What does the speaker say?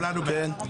כולנו בעד.